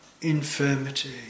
infirmity